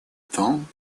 том